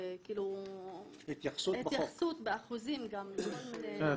התייחסות באחוזים גם --- בסדר.